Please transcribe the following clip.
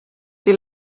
die